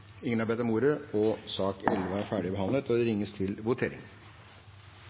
Ingen har bedt om ordet. Stortinget er da klar til å gå til votering.